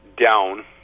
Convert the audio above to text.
down